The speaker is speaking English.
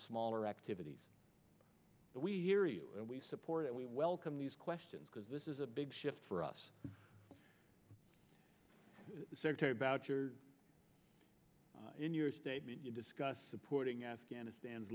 smaller activities that we hear you we support and we welcome these questions because this is a big shift for us about your in your statement you discuss supporting afghanistan's